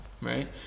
Right